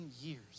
years